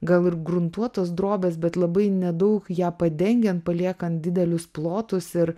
gal ir gruntuotos drobės bet labai nedaug ją padengian paliekan didelius plotus ir